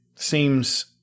Seems